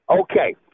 Okay